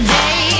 day